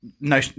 no